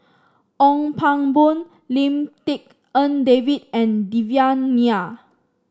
Ong Pang Boon Lim Tik En David and Devan Nair